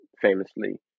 famously